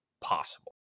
possible